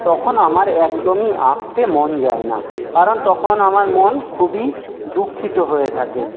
তখন আমার একদমই আঁকতে মন যায় না কারণ তখন আমার মন খুবই দুঃখিত হয়ে থাকে